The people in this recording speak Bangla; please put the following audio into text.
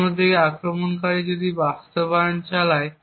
অন্যদিকে আক্রমণকারী যদি বাস্তবায়ন চালায়